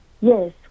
yes